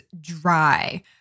dry